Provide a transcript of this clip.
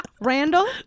Randall